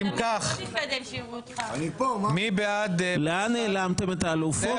אם כך מי בעד --- לאן העלמתם את האלוף פוגל?